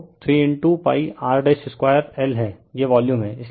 तो 3 pi r2 l हैं यह वॉल्यूम है